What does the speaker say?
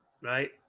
right